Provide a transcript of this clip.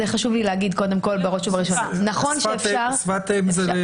נכון שאפשר --- זה שפת אם.